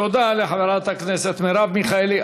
תודה לחברת הכנסת מרב מיכאלי.